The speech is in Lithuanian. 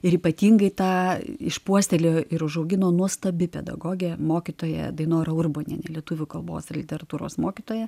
ir ypatingai tą išpuoselėjo ir užaugino nuostabi pedagogė mokytoja dainora urbonienė lietuvių kalbos literatūros mokytoja